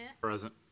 Present